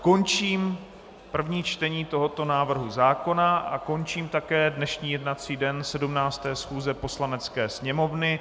Končím první čtení tohoto návrhu zákona a končím také dnešní jednací den 17. schůze Poslanecké sněmovny.